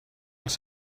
els